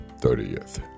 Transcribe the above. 30th